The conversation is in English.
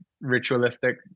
ritualistic